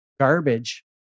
Garbage